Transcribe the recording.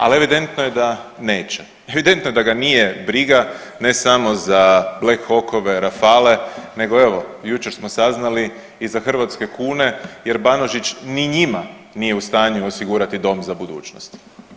Ali, evidentno je da neće, evidentno je da ga nije briga, ne samo za Black Hawkove, Rafale, nego evo, jučer smo saznali i za hrvatske kune jer Banožić ni njima nije u stanju osigurati dom za budućnost.